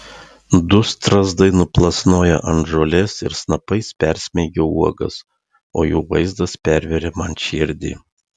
du strazdai nuplasnoja ant žolės ir snapais persmeigia uogas o jų vaizdas perveria man širdį